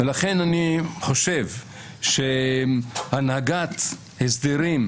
לכן אני חושב שהנהגת הסדרים,